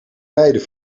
rijden